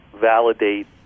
validate